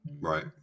Right